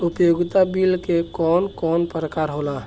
उपयोगिता बिल के कवन कवन प्रकार होला?